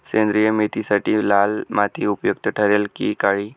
सेंद्रिय मेथीसाठी लाल माती उपयुक्त ठरेल कि काळी?